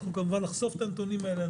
אנחנו כמובן נחשוף את הנתונים האלה,